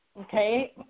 okay